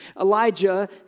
Elijah